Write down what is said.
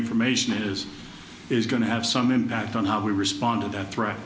information is is going to have some impact on how we respond to that threat